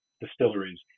distilleries